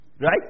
Right